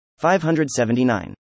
579